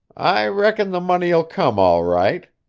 i reckon the money'll come all right,